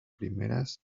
primeras